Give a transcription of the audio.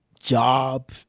job